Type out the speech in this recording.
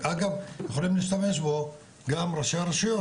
אגב יכולים להשתמש בו גם ראשי רשויות,